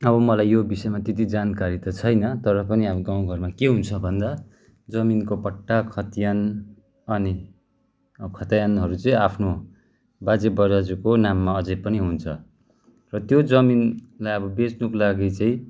अब मलाई यो बिषयमा त त्यति जानकारी त छैन तर पनि गाउँ घरमा के हुन्छ भन्दा जमिनको पट्टा खतियान अनि खतियानहरू चाहिँ आफ्नो बाजे बराज्यूको नाममा अझै पनि हुन्छ र त्यो जमिनलाई अब बेच्नुको लागि चाहिँ